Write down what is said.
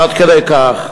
עד כדי כך.